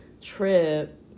trip